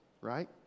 right